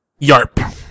Yarp